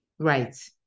Right